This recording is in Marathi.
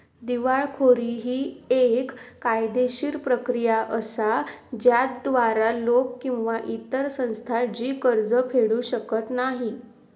दिवाळखोरी ही येक कायदेशीर प्रक्रिया असा ज्याद्वारा लोक किंवा इतर संस्था जी कर्ज फेडू शकत नाही